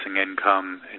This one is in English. income